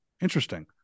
Interesting